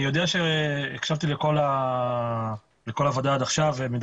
הקשבתי לדיון שמתקיים כאן ואני יודע